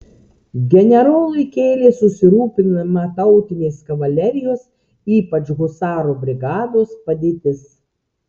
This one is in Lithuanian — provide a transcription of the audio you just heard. generolui kėlė susirūpinimą tautinės kavalerijos ypač husarų brigados padėtis